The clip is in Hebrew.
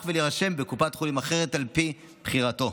ולהירשם בקופת חולים אחרת על פי בחירתו.